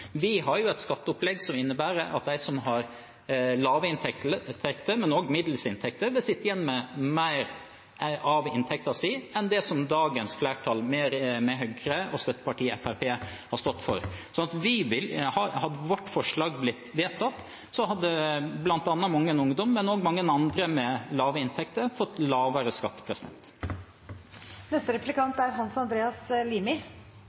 Vi har et skatteopplegg som innebærer at de som har lave inntekter, men også middels inntekter, vil sitte igjen med mer av inntekten sin enn det som dagens flertall, med Høyre og støttepartiet Fremskrittspartiet, har stått for. Hadde vårt forslag blitt vedtatt, hadde bl.a. mange ungdommer, men også mange andre med lave inntekter, fått lavere skatt.